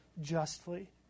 justly